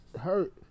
Hurt